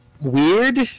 weird